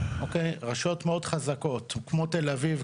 רשויות מאוד חזקות כמו תל אביב,